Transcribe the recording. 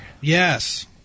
Yes